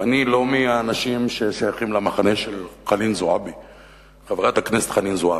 ואני לא מהאנשים ששייכים למחנה של חברת הכנסת חנין זועבי.